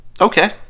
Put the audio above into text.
Okay